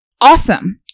Awesome